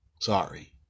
Sorry